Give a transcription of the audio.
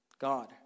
God